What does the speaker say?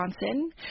Johnson